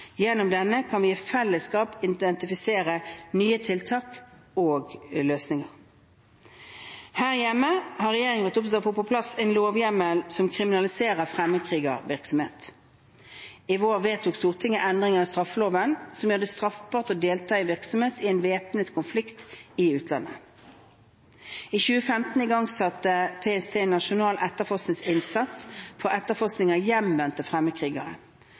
Gjennom denne kan vi i fellesskap identifisere nye løsninger og tiltak. Her hjemme har regjeringen vært opptatt av å få på plass en lovhjemmel som kriminaliserer fremmedkrigervirksomhet. I vår vedtok Stortinget endringer i straffeloven som gjør det straffbart å delta i virksomhet i en væpnet konflikt i utlandet. I 2015 igangsatte PST en nasjonal etterforskningsinnsats for etterforskning av hjemvendte fremmedkrigere.